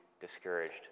discouraged